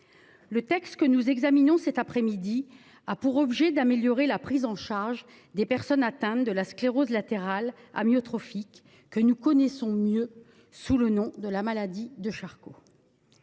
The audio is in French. Le texte dont nous entamons la discussion a pour objet d’améliorer la prise en charge des personnes atteintes de la sclérose latérale amyotrophique (SLA), que nous connaissons mieux sous le nom de maladie de Charcot.